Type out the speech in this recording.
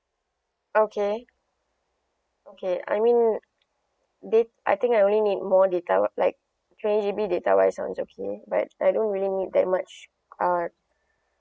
okay okay I mean da~ I think I only need more data like twenty G_B data wise all is okay but I don't really need that much uh